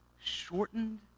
shortened